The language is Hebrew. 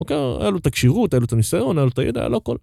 אוקיי, היה לו את הקשירות, היה לו את הניסיון, היה לו את הידע, היה לו הכל...